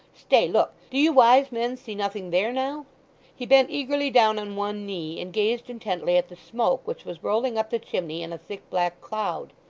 stay look. do you wise men see nothing there, now he bent eagerly down on one knee, and gazed intently at the smoke, which was rolling up the chimney in a thick black cloud.